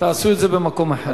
תעשו את זה במקום אחר.